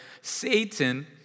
Satan